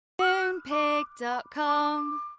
Moonpig.com